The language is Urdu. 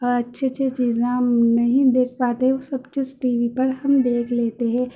اور اچّھی اچّھی چیزیں نہیں دیکھ پاتے وہ سب چیز ٹی وی پر ہم دیکھ لیتے ہیں